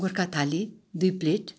गोर्खा थाली दुई प्लेट